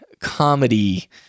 comedy